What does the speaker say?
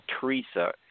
Teresa